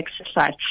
exercise